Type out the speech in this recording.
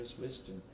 wisdom